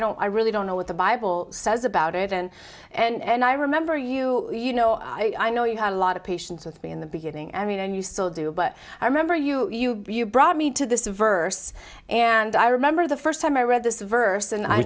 don't i really don't know what the bible says about it and and i remember you you know i know you had a lot of patience with me in the beginning i mean and you still do but i remember you you brought me to this verse and i remember the first time i read this verse and i